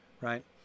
right